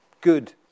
good